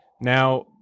Now